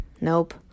Nope